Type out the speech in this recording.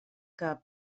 que